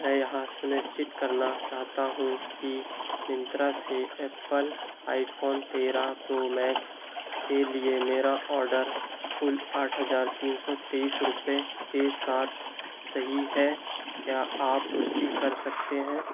मैं यह सुनिश्चित करना चाहता हूँ कि मिन्त्रा से एप्पल आई फ़ोन तेरह प्रो मैक्स के लिए मेरा ऑर्डर कुल आठ हज़ार तीन सौ तेइस रुपये के साथ सही है क्या आप पुष्टि कर सकते हैं